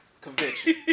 conviction